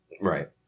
Right